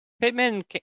Pittman